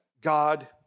God